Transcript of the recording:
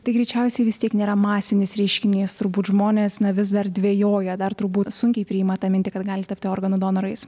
tai greičiausiai vis tiek nėra masinis reiškinys turbūt žmonės vis dar dvejoja dar turbūt sunkiai priima tą mintį kad gali tapti organų donorais